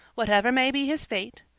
whatever may be his fate,